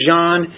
John